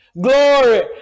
glory